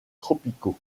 tropicaux